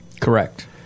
Correct